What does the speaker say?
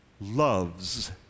loves